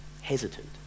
Hesitant